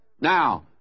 Now